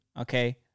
okay